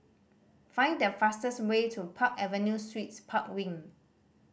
find the fastest way to Park Avenue Suites Park Wing